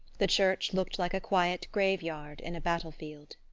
the church looked like a quiet grave-yard in a battle-field.